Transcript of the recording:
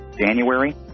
January